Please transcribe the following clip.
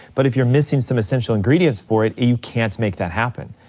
but if you're missing some essential ingredients for it, you can't make that happen.